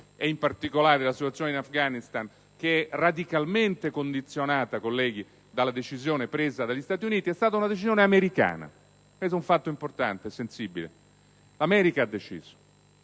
e in particolare di quella in Afghanistan, che è radicalmente condizionato dalla decisione presa dagli Stati Uniti. Perché è stata una decisione americana, ed è un fatto importante e sensibile. L'America ha deciso;